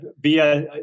via